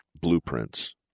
blueprints